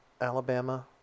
Alabama